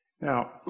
Now